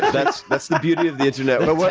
that's that's the beauty of the internet but with